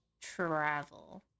travel